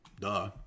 duh